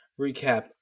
recap